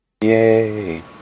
Yay